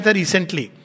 recently